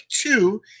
Two